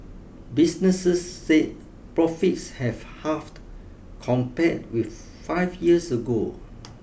businesses said profits have halved compared with five years ago